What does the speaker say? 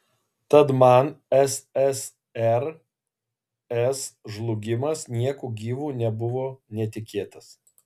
tad man ssrs žlugimas nieku gyvu nebuvo netikėtas